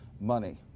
money